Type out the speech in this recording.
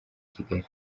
kigali